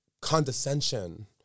Condescension